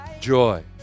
joy